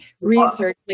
researching